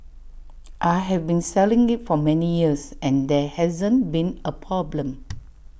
I have been selling IT for many years and there hasn't been A problem